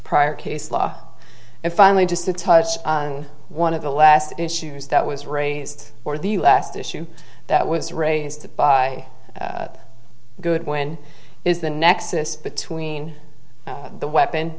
prior case law and finally just to touch on one of the last issues that was raised for the last issue that was raised by goodwin is the nexus between the weapon